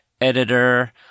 editor